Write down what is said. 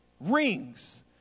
rings